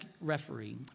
referee